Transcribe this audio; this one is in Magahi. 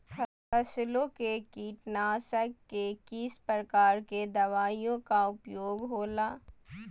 फसलों के कीटनाशक के किस प्रकार के दवाइयों का उपयोग हो ला?